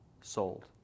sold